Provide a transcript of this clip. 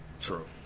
True